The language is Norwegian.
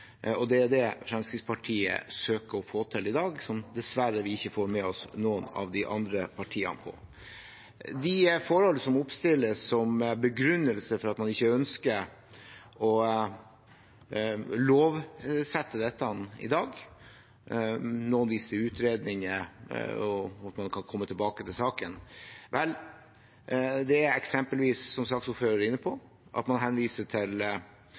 og det er det Fremskrittspartiet søker å få til i dag, som vi dessverre ikke får med oss noen av de andre partiene på. Når det gjelder de forhold som oppstilles som begrunnelse for at man ikke ønsker å lovfeste dette i dag – noen viser til utredninger og håper man kan komme tilbake til saken – handler det eksempelvis, som saksordføreren var inne på, at man henviser til